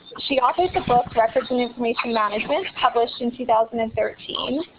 she authored the book, records and information management, published in two thousand and thirteen.